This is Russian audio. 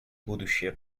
будущие